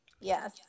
Yes